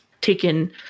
taken